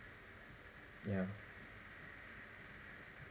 ya